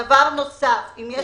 יש